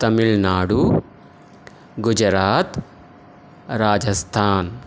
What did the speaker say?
Tamil Nadu Gujarat Rajasthan